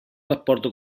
rapporto